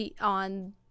on